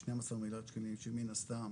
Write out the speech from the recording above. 11.5-12 מיליארד שקלים שמן הסתם